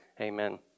Amen